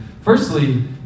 Firstly